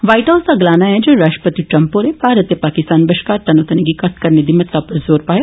white house दा गलाना ऐ जे राष्ट्रपति ट्रंप होरें भारत पाकिस्तान बश्कार तनोतन्नी गी घट्ट करने दी महता उप्पर जोर पाया